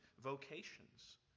vocations